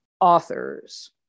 Authors